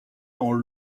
dans